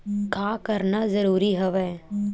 का करना जरूरी हवय?